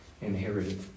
inherited